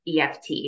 EFT